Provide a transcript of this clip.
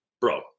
bro